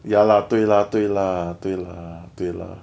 ya lor 对 lah 对 lah 对 lah 对 lah